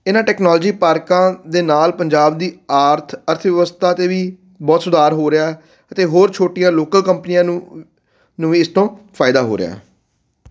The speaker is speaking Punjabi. ਇਹਨਾਂ ਟੈਕਨੋਲੋਜੀ ਪਾਰਕਾਂ ਦੇ ਨਾਲ ਪੰਜਾਬ ਦੀ ਆਰਥ ਅਰਥ ਵਿਵਸਥਾ 'ਤੇ ਵੀ ਬਹੁਤ ਸੁਧਾਰ ਹੋ ਰਿਹਾ ਅਤੇ ਹੋਰ ਛੋਟੀਆਂ ਲੋਕਲ ਕੰਪਨੀਆਂ ਨੂੰ ਨੂੰ ਵੀ ਇਸ ਤੋਂ ਫਾਇਦਾ ਹੋ ਰਿਹਾ